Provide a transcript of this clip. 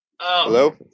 Hello